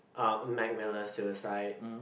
ah Mac Miller suicide